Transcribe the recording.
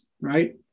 right